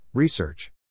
Research